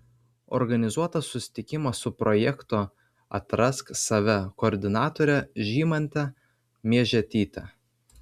organizuotas susitikimas su projekto atrask save koordinatore žymante miežetyte